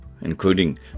including